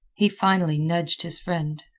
he finally nudged his friend.